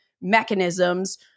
mechanisms